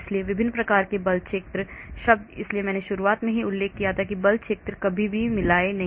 इसलिए विभिन्न प्रकार के बल क्षेत्र शब्द इसीलिए मैंने शुरुआत में उल्लेख किया कि बल क्षेत्र को कभी भी मिलाएं नहीं